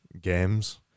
games